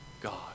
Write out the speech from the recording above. God